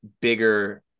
bigger